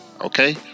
okay